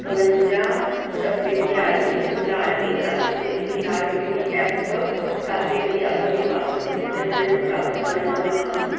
ਇਕਵੰਜਾ ਛੱਬੀ ਇਕਤਾਲੀ ਸੰਤਾਲੀ ਤਰਿਆਸੀ ਤੇਤੀ ਨਾਲ ਪੀ ਐਫ ਖਾਤੇ ਲਈ ਆਪਣੀ ਪਾਸਬੁੱਕ ਸਟੇਟਮੈਂਟ ਪ੍ਰਾਪਤ ਕਰਨਾ ਚਾਹੁੰਦਾ ਹਾਂ